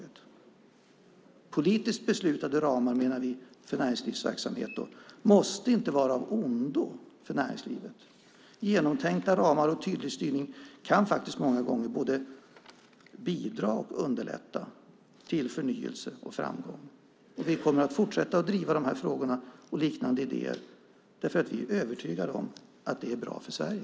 Vi menar att politiskt beslutade ramar för näringslivsverksamhet inte måste vara av ondo för näringslivet. Genomtänkta ramar och tydlig styrning kan faktiskt många gånger både bidra till och underlätta förnyelse och framgång. Vi kommer att fortsätta att driva dessa frågor och liknande idéer därför att vi är övertygade om att det är bra för Sverige.